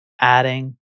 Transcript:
adding